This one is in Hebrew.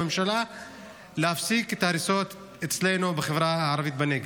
לממשלה להפסיק את ההריסות אצלנו בחברה הערבית בנגב.